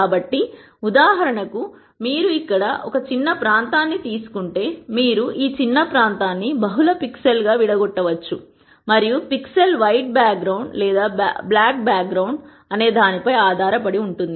కాబట్టి ఉదాహరణకు మీరు ఇక్కడ ఒక చిన్న ప్రాంతాన్ని తీసుకుంటే మీరు ఈ చిన్న ప్రాంతాన్ని బహుళ పిక్సెల్ గా విడగొట్టవచ్చు మరియు పిక్సెల్ వైట్ బ్యాక్ గ్రౌండ్ లేదా బ్లాక్ బ్యాక్ గ్రౌండ్ అనే దానిపై ఆధారపడి ఉంటుంది